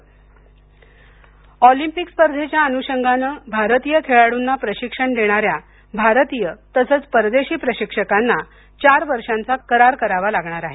Olympic स्पर्धा Olympic स्पर्धेच्या अनुषंगानं भारतीय खेळाडूंना प्रशिक्षण देणाऱ्या भारतीय तसंच परदेशी प्रशिक्षकांनाचार वर्षांचा करार करावा लागणार आहे